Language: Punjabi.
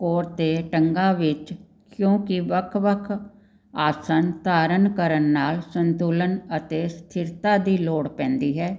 ਕੋਰ ਅਤੇ ਟੰਗਾਂ ਵਿੱਚ ਕਿਉਂਕਿ ਵੱਖ ਵੱਖ ਆਸਣ ਧਾਰਨ ਕਰਨ ਨਾਲ ਸੰਤੁਲਨ ਅਤੇ ਸਥਿਰਤਾ ਦੀ ਲੋੜ ਪੈਂਦੀ ਹੈ